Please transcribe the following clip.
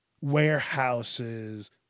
warehouses